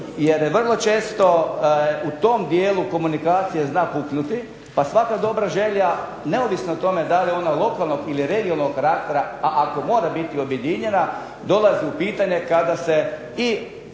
jer vrlo često u tom dijelu komunikacija zna puknuti, pa svaka dobra želja, neovisno o tome da li je ona lokalnog ili regionalnog karaktera, a ako mora biti objedinjena dolazi u pitanje kada se i